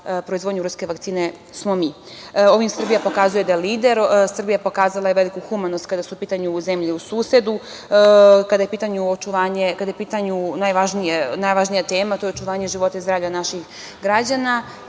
proizvodnju ruske vakcine smo mi. Ovim Srbija pokazuje da je lider. Srbija je pokazala veliku humanost kada su u pitanju zemlje u susedu kada je u pitanju najvažnija tema, to je očuvanje života i zdravalja naših građana. Takođe,